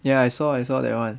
ya I saw I saw that one